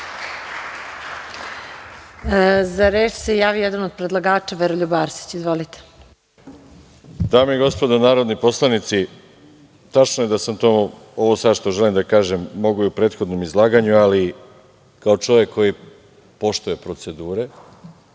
Za reč se javio jedan od predlagača, Veroljub Arsić. Izvolite. **Veroljub Arsić** Dame i gospodo narodni poslanici, tačno je da ovo što sada želim da kažem mogu i u prethodnom izlaganju, ali kao čovek koji poštuje procedure,